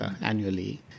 annually